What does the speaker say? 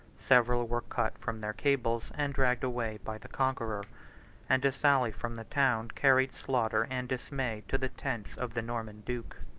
several were cut from their cables, and dragged away by the conqueror and a sally from the town carried slaughter and dismay to the tents of the norman duke.